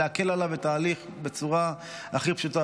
להקל עליו את ההליך בצורה הכי פשוטה,